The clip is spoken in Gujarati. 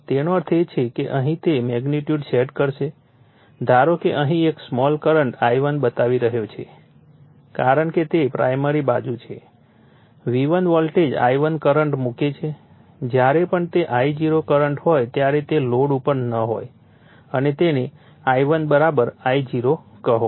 તેનો અર્થ એ કે અહીં તે મેગ્નિટ્યુડ સેટ કરશે ધારો કે અહીં એક સ્મોલ કરંટ I1 બતાવી રહ્યો છે કારણ કે તે પ્રાઇમરી બાજુ છે V1 વોલ્ટેજ I1 કરંટ મૂકે છે જ્યારે પણ તે I0 કરંટ હોય ત્યારે તે લોડ ઉપર ન હોય અને તેને I1 I0 કહો